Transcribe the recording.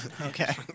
Okay